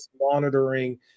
monitoring